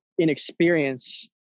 inexperience